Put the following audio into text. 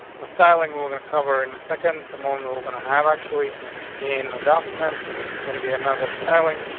the styling we're we're gonna cover in a second the moment we're gonna have actually in a document. this is going to be another styling.